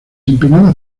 empinadas